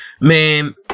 Man